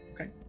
Okay